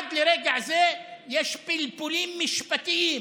עד לרגע זה יש פלפולים משפטיים.